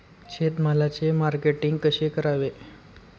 शेतमालाचे मार्केटिंग कसे करावे?